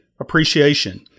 appreciation